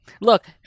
look